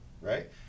right